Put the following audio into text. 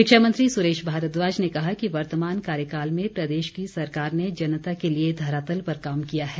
शिक्षा मंत्री सुरेश भारद्वाज ने कहा कि वर्तमान कार्यकाल में प्रदेश की सरकार ने जनता के लिए धरातल पर काम किया है